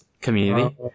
Community